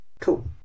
Cool